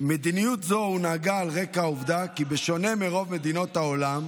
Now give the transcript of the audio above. מדיניות זו הונהגה על רקע העובדה כי בשונה מרוב מדינות העולם,